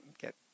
get